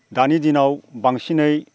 दानि दिनाव बांसिनै